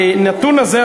הנתון הזה,